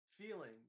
feeling